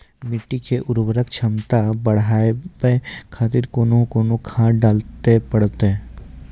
मिट्टी के उर्वरक छमता बढबय खातिर कोंन कोंन खाद डाले परतै?